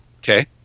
Okay